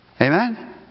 Amen